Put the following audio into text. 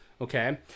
okay